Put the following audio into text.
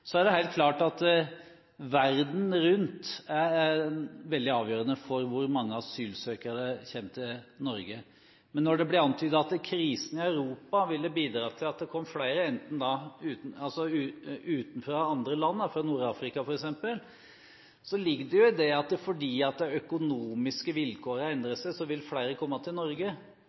Så er det helt klart at situasjonen i verden er veldig avgjørende for hvor mange asylsøkere som kommer til Norge. Men når det ble antydet at krisen i Europa ville bidra til at det kom flere utenfra, fra andre land – fra Nord-Afrika f.eks. – ligger det jo i det at fordi de økonomiske vilkårene endrer seg, vil flere komme til Norge.